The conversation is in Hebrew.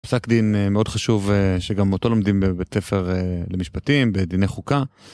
פסק דין מאוד חשוב שגם מאותו לומדים בבית ספר למשפטים, בדיני חוקה.